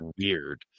weird